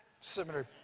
Similar